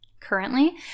currently